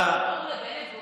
לא קראו לבנט "בוגד"?